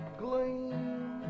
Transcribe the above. gleam